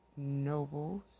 Nobles